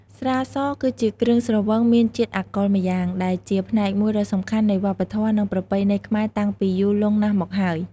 ស្រាស គឺជាគ្រឿងស្រវឹងមានជាតិអាល់កុលម្យ៉ាង ដែលជាផ្នែកមួយដ៏សំខាន់នៃវប្បធម៌ និងប្រពៃណីខ្មែរតាំងពីយូរលង់ណាស់មកហើយ។